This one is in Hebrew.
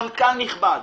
מנכ"ל נכבד.